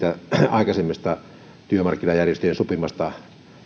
aikaisemmasta työmarkkinajärjestöjen sopimasta